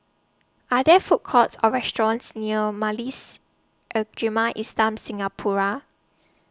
Are There Food Courts Or restaurants near Majlis Ugama Islam Singapura